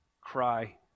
cry